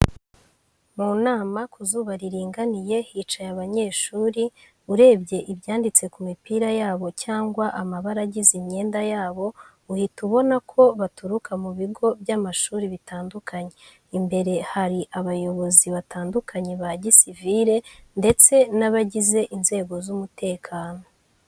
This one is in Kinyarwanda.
Mu nama, ku zuba riringaniye hicaye abanyeshuri, urebye ibyanditse ku mipira yabo cyangwa amabara agize imyenda yabo uhita ubona ko baturuka mu bigo by'amashuri bitandukanye. Imbere hari abayobozi batandukanye ba gisivire ndetse n'abagize inzego z'umutekano.